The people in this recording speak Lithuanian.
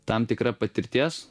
tam tikra patirties